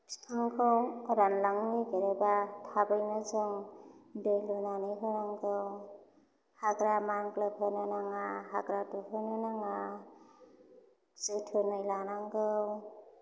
बिफांखौ रानलांनो नागिरोबा थाबैनो जों दै लुनानै होनांगौ हाग्रा मानग्लोबहोनो नाङा हाग्रा दुहोनो नाङा जोथोनै लानांगौ